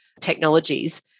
technologies